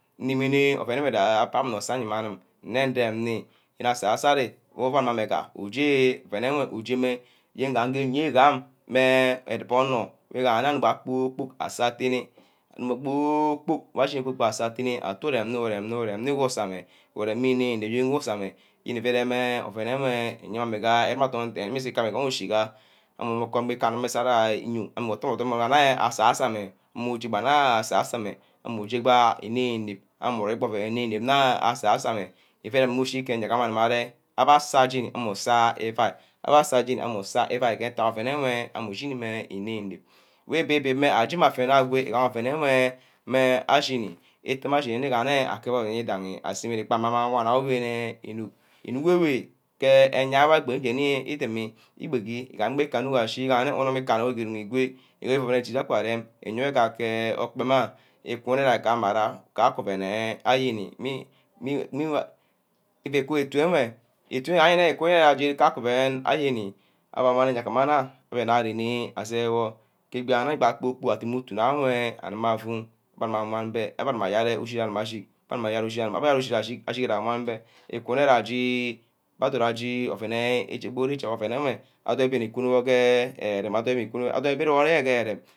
Nnimeh ouen aus wor asasame nni isay iye mma anim, nne ndem nni yeme asa sari mmeh abbeh bah uje afune nwe ujemeh yen ga gee nyen garam, yene meh edubor onor wigaha nne nga agbor kpor-kpork aseh tene, kork-kpork wen ashimi uey asah atini ateh urem nni, urem nni gu usah mme, urem nni-nni ku usor ameh yene ifu reme ouen iyemeh iyourma agad mmusi gaba agon eshi gaa ameh gubu ikem gba ikanna umusu abeh nyoung ameh utte ameh udoma nne asasor meh, mmushiba nna asasor meh ameh uje gba inep- inep ami rem gba ouen inep- inep nna asasor meh iuey meh ushi kubor nigub abba gumah arem abba asah jeni ameh usag iuari, abba asah jeni ameh usah iuai ke ntack ouen enwe ameh ushinimah inep-inep weh ibib-ibib meh ajemeh afene ague igaha ouen enwe meh ashini itameh ashini meh yen akeb ouen idagi aseme ke ntack amah wan ayour gee inuck, inuck ewe ke eyai wor idimi, ibegi igam gba ikana ashiga nne unum kane good igwe abbeh ouen echi-chigi aka aran iyewor ke agad ke okpam ayo, ikene agama ka ke ouen eh ayeni mean whike ifu iku etu enwe, itu ayene iku kake ouen ayeni, awor awan eyia uguma your abbeh na arener asai wor ke ebiene kpor-kpork adumu utu nna enwe meh aguma afu abbeh aguma awan beh abbeh amang meh ushi aguma ashi gee ama, abba ashi awan beh, ikuneh ashi gbs adot ashi ouen ichi buru ouen ewe adorn ibi nni kuno ke ere-rem, ikunor adorn ibi ire ke ere-rem.